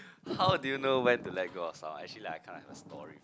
how do you know when to let go of someone actually like I kinda have a story